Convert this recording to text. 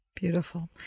Beautiful